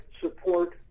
support